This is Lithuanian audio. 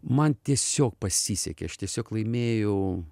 man tiesiog pasisekė aš tiesiog laimėjau